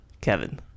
Kevin